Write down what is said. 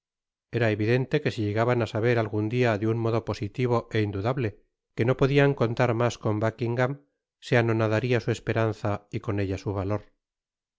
era evidente que si llegaban á saber algun dia de un modo positivo é indudable que no podian contar mas con buckingam se anonadaria su esperanza y con ella su vator